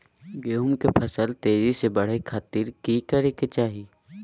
गेहूं के फसल तेजी से बढ़े खातिर की करके चाहि?